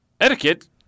etiquette